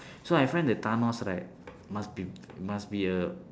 so I find that thanos right must be must be a